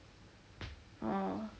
orh